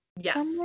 yes